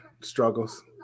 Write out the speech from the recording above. struggles